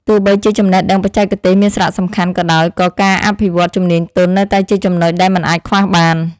ទោះបីជាចំណេះដឹងបច្ចេកទេសមានសារៈសំខាន់ក៏ដោយក៏ការអភិវឌ្ឍជំនាញទន់នៅតែជាចំណុចដែលមិនអាចខ្វះបាន។